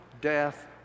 death